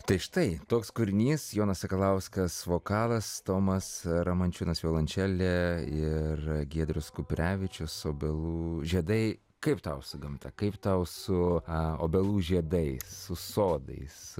tai štai toks kūrinys jonas sakalauskas vokalas tomas ramančiūnas violončelė ir giedrius kuprevičius obelų žiedai kaip tau su gamta kaip tau su a obelų žiedais su sodais